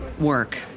work